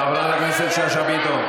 חברת הכנסת שאשא ביטון.